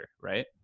right